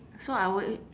so I alway